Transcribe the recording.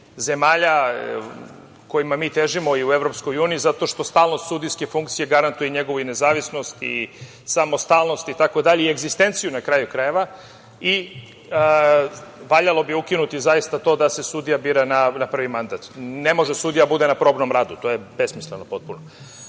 kojima mi težimo i u EU, zato što stalnost sudijske funkcije garantuje i njegovu nezavisnost i samostalnost itd. i egzistenciju, na kraju krajeva i valjalo bi ukinuti zaista to da se sudija bira na prvi mandat. Ne može sudija da bude na probnom radu. To je besmisleno potpuno. Ovaj